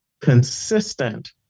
consistent